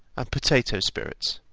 and potato spirits.